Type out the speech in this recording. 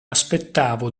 aspettavo